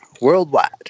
worldwide